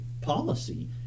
policy